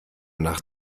nach